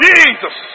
Jesus